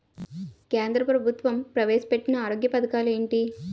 కేంద్ర ప్రభుత్వం ప్రవేశ పెట్టిన ఆరోగ్య పథకాలు ఎంటి?